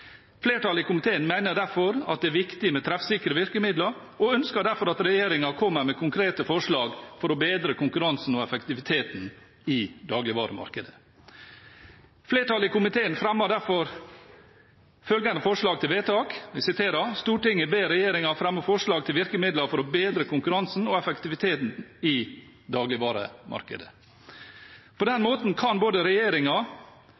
Flertallet i komiteen mener derfor at det er viktig med treffsikre virkemidler og ønsker derfor at regjeringen kommer med konkrete forslag for å bedre konkurransen og effektiviteten i dagligvaremarkedet. Flertallet i komiteen fremmer derfor følgende forslag til vedtak: «Stortinget ber regjeringen fremme forslag til virkemidler for å bedre konkurransen og effektiviteten i dagligvaremarkedet.» På den måten kan både